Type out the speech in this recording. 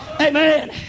Amen